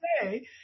say